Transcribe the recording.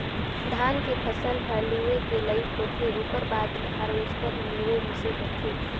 धान के फसल ह लूए के लइक होथे ओकर बाद मे हारवेस्टर मे लुवई मिंसई होथे